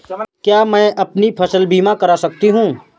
क्या मैं अपनी फसल बीमा करा सकती हूँ?